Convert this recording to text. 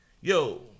yo